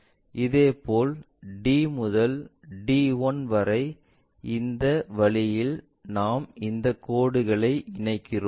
இதேபோல் D முதல் D 1 வரை இந்த வழியில் நாம் இந்த கோடுகளை இணைகிறோம்